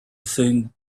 thing